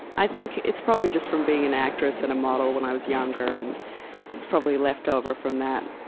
i think it's probably just from being an actress and a model when i was younger. and it's probably left over from that.